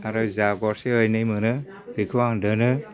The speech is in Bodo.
आरो जा गरसे गरनै मोनो बेखौ आं दोनो